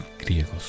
griegos